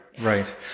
right